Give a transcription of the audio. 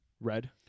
Red